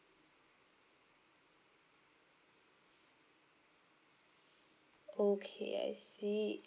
okay I see